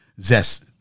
zest